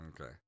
Okay